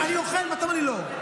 לחברים שלך זה לא מספיק.